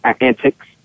antics